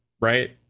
right